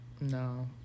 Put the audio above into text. no